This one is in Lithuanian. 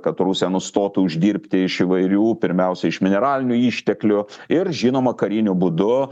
kad rusija nustotų uždirbti iš įvairių pirmiausia iš mineralinių išteklių ir žinoma kariniu būdu